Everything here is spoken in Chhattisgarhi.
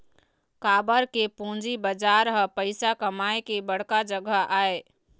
काबर के पूंजी बजार ह पइसा कमाए के बड़का जघा आय